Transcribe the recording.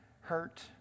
hurt